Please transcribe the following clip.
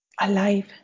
Alive